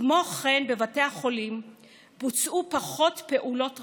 כמו כן, בבתי החולים בוצעו פחות פעולות רגילות,